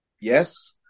Yes